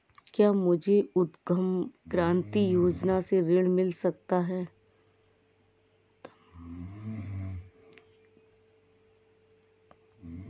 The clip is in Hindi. क्या मुझे उद्यम क्रांति योजना से ऋण मिल सकता है?